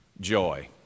joy